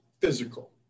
physical